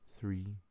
three